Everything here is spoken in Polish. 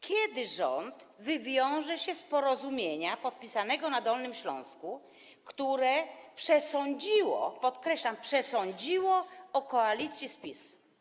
Kiedy rząd wywiąże się z porozumienia podpisanego na Dolnym Śląsku, które przesądziło, podkreślam, przesądziło o koalicji z PiS?